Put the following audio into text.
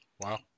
Wow